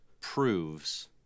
proves